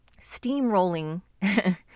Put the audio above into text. steamrolling